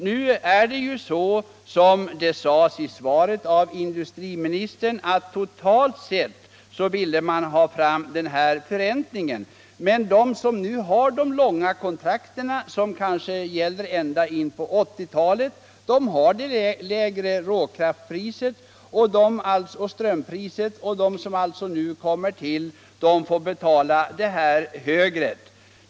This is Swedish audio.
Nu är det ju så, som det sades i industriministerns svar, att totalt sett vill Vattenfall ha en förräntning av investerat kapital, men de som har långa kontrakt som kanske gäller ända in på 1980-talet får betala ett lägre råkraftpris och strömpris, medan de abonnenter som nu tillkommer får betala ett högre pris.